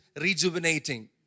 rejuvenating